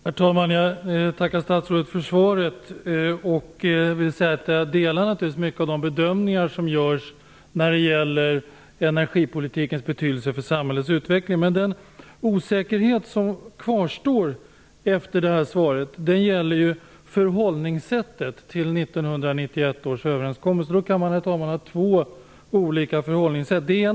Herr talman! Jag tackar statsrådet för svaret. Jag vill säga att jag naturligtvis i mycket delar de bedömningar som görs när det gäller energipolitikens betydelse för samhällets utveckling. Men den osäkerhet som kvarstår efter svaret gäller förhållningssättet inför 1991 års överenskommelse. Man kan ha två olika förhållningssätt, herr talman.